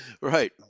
Right